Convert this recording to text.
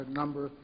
number